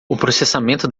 processamento